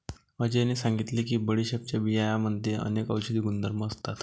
अजयने सांगितले की बडीशेपच्या बियांमध्ये अनेक औषधी गुणधर्म असतात